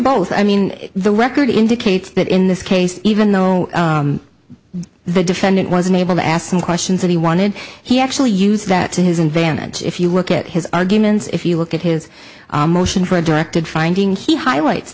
both i mean the record indicates that in this case even though the defendant was unable to ask him questions that he wanted he actually used that to his advantage if you look at his arguments if you look at his motion for a directed finding he highlights